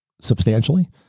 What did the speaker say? substantially